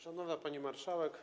Szanowna Pani Marszałek!